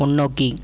முன்னோக்கி